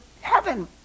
Heaven